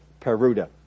Peruda